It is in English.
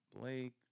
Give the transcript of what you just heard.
Blake